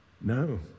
no